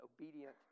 obedient